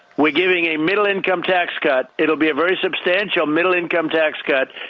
we're giving a middle income tax cut. it'll be a very substantial middle income tax cut.